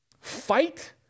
fight